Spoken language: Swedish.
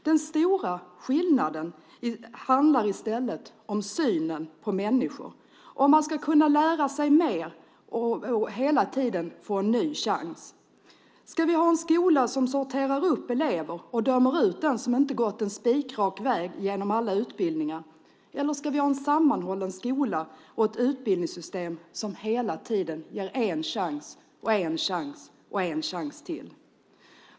Den stora skillnaden handlar i stället om synen på människor, om man ska kunna lära sig mer och hela tiden få en ny chans. Ska vi ha en skola som sorterar elever och dömer ut den som inte har gått en spikrak väg genom alla utbildningar? Eller ska vi ha en sammanhållen skola och ett utbildningssystem som hela tiden ger en chans, en chans och en chans till?